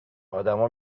آدمها